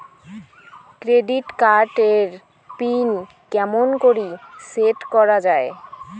Credit card এর pin কেমন করি সেট করা য়ায়?